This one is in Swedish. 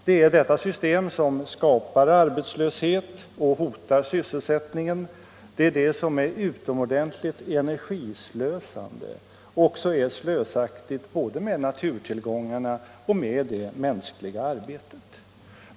Det är detta system som skapar arbetslöshet och hotar sysselsättningen. Det är det som är utomordentligt energislösande, som är slösaktigt både med naturtillgångarna och med det mänskliga arbetet.